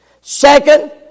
Second